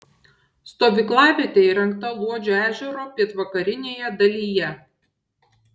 stovyklavietė įrengta luodžio ežero pietvakarinėje dalyje